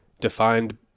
defined